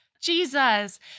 Jesus